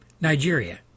Nigeria